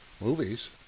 movies